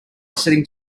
sitting